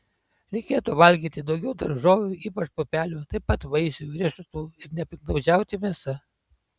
reikėtų valgyti daugiau daržovių ypač pupelių taip pat vaisių riešutų ir nepiktnaudžiauti mėsa